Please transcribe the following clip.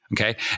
Okay